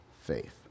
faith